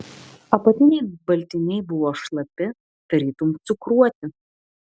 apatiniai baltiniai buvo šlapi tarytum cukruoti